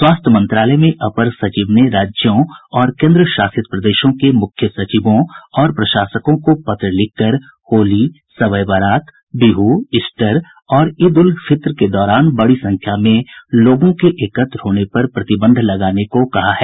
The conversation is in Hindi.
स्वास्थ्य मंत्रालय में अपर सचिव ने राज्यों और केन्द्रशासित प्रदेशों के मुख्य सचिवों और प्रशासकों को पत्र लिखकर होली शब ए बारात बिहू ईस्टर और ईद उल फित्र के दौरान बडी संख्या में लोगों के एकत्र होने पर प्रतिबंध लगाने को कहा है